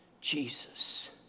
Jesus